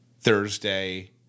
Thursday